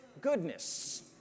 goodness